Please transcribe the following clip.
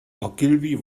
ogilvy